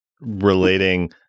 relating